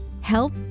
Help